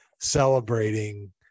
celebrating